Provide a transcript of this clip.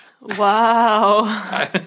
Wow